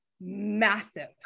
massive